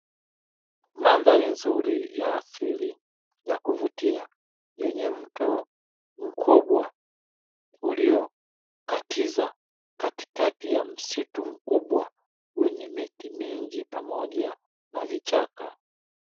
Mandhari nzuri ya asili ya kuvutia, yenye mto mkubwa uliokatiza katikati ya msitu mkubwa, wenye miti mingi pamoja na vichaka.